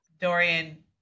Dorian